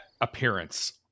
appearance